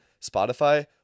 Spotify